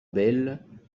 bayle